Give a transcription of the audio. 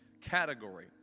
category